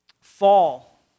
fall